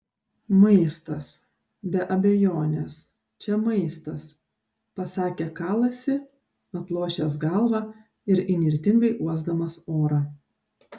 maistas be abejonės čia maistas pasakė kalasi atlošęs galvą ir įnirtingai uosdamas orą